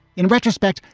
in retrospect,